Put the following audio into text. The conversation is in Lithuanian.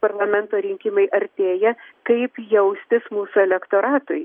parlamento rinkimai artėja kaip jaustis mūsų elektoratui